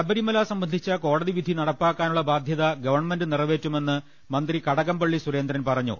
ശബരിമല സംബന്ധിച്ച കോടതിവിധി നടപ്പാക്കാനുള്ള ബാധൃത ഗവൺമെന്റ് നിറവേറ്റുമെന്ന് മന്ത്രി കടകംപള്ളി സുരേന്ദ്രൻ പറഞ്ഞു